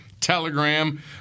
Telegram